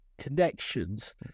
connections